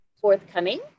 forthcoming